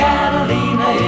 Catalina